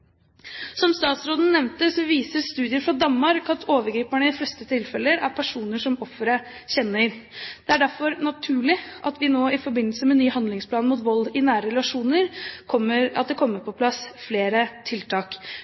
Som statsråden nevnte, viser studier fra Danmark at overgriperen i de fleste tilfeller er en person som offeret kjenner. Det er derfor naturlig at det nå kommer på plass flere tiltak i forbindelse med den nye handlingsplanen mot vold i nære relasjoner.